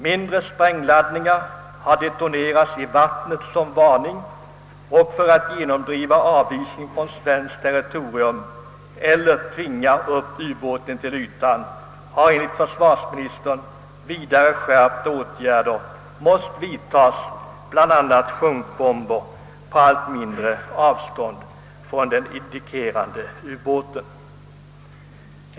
Mindre sprängladdningar har detonerats i vattnet som varning, och för att genomdriva avvisning från svenskt territorium eller tvinga upp ubåten till ytan har man enligt försvarsministern måst vidta skärpta åtgärder, bl.a. fällning av sjunkbomber på allt mindre avstånd från den indikerade ubåten.